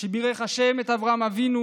שבירך השם את אברהם אבינו,